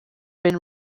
been